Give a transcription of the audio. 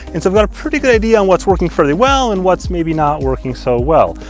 and so i've got a pretty good idea on what's working fairly well, and what's maybe not working so well.